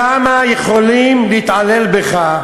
כמה יכולים להתעלל בך,